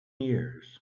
years